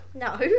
No